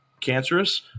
cancerous